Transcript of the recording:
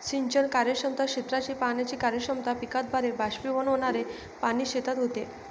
सिंचन कार्यक्षमता, क्षेत्राची पाण्याची कार्यक्षमता, पिकाद्वारे बाष्पीभवन होणारे पाणी शेतात होते